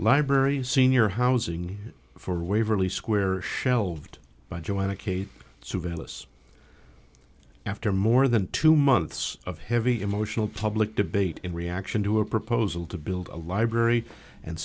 library senior housing for waverly square shelved by joanna cate surveillance after more than two months of heavy emotional public debate in reaction to a proposal to build a library and